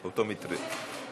אופטומטריסט.